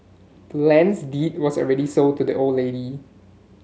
land's deed was already sold to the old lady